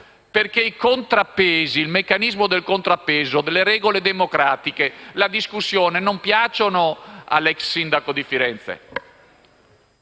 chiuso. Il meccanismo dei contrappesi, le regole democratiche e la discussione non piacciono all'ex sindaco di Firenze